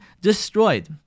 destroyed